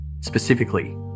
specifically